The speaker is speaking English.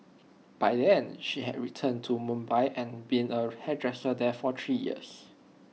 by then she had returned to Mumbai and been A hairdresser there for three years